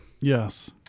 Yes